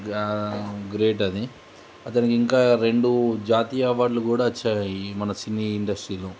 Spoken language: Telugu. గ్రేట్ అది అతనికి ఇంకా రెండు జాతీయ అవార్డులు కూడా వచ్చాయి మన సినీ ఇండస్ట్రీలో